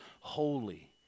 holy